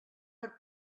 per